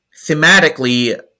thematically